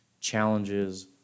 challenges